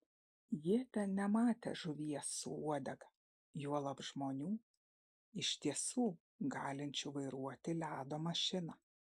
jie ten nematę žuvies su uodega juolab žmonių iš tiesų galinčių vairuoti ledo mašiną